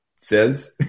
says